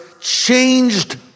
changed